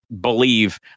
believe